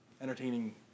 entertaining